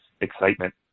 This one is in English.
excitement